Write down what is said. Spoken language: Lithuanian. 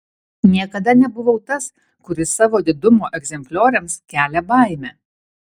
niekada nebuvau tas kuris savo didumo egzemplioriams kelia baimę